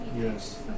Yes